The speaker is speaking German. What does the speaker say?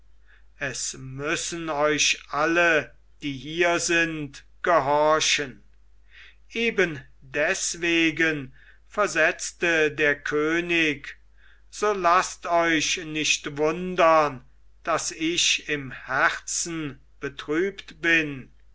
es müssen euch alle die hier sind gehorchen eben deswegen versetzte der könig so laßt euch nicht wundern daß ich im herzen betrübt bin